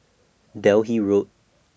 Delhi Road